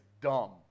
dumb